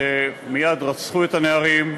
שמייד רצחו את הנערים.